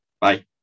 bye